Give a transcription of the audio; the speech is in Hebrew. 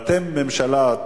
אתם ממשלה,